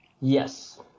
yes